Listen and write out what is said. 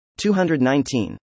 219